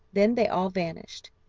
then they all vanished,